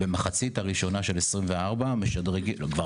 פיתוח של הצעד הראשון בשליפת מידע, זה אמור